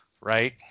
right